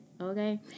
okay